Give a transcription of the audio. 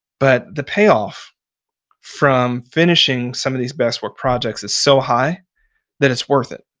but the payoff from finishing some of these best-work projects is so high that it's worth it.